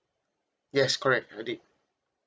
yes correct I did